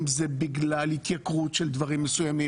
אם זה בגלל התייקרות של דברים מסוימים,